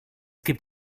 gibt